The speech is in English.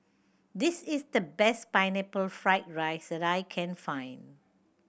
this is the best Pineapple Fried rice that I can find